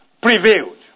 prevailed